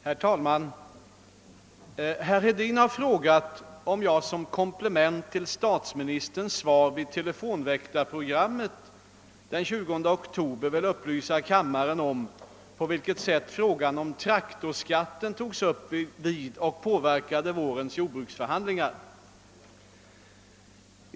Herr talman! Herr Hedin har frågat, om jag som komplement till statsministerns svar vid telefonväktarprogrammet den 20 oktober vill upplysa kammaren om på vilket sätt frågan om traktorskatten togs upp vid och påverkade vårens jordbruksförhandlingar.